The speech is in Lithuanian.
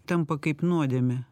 tampa kaip nuodėmė